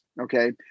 okay